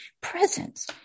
Presence